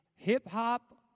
Hip-hop